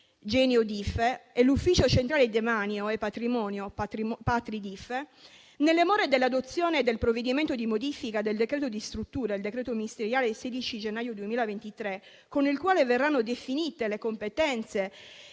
(Geniodife) e l'Ufficio centrale di demanio e patrimonio (Patridife),nelle more dell'adozione del provvedimento di modifica del decreto di struttura, il decreto ministeriale 16 gennaio 2023, con il quale verranno definite le competenze